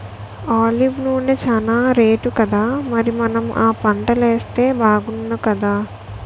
olive నూనె చానా రేటుకదా మరి మనం ఆ పంటలేస్తే బాగుణ్ణుకదా